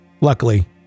Luckily